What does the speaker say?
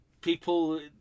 people